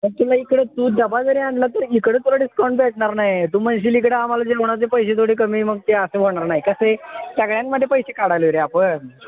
मग तुला इकडं तू डबा जरी आणला तर इकडं तुला डिस्काउंट भेटणार नाही तू म्हणशील इकडं आम्हाला जेवणाचे पैसे थोडे कमी मग ते असं होणार नाही कसं आहे सगळ्यांमध्ये पैसे काढायला आहे रे आपण